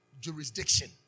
jurisdiction